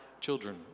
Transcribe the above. children